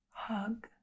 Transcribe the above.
hug